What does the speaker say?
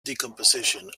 decomposition